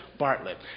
Bartlett